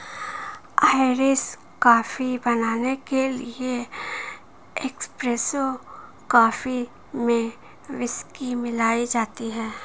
Irish coffee बनाने के लिए एस्प्रेसो कॉफी में व्हिस्की मिलाई जाती है